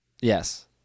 Yes